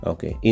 Okay